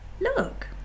Look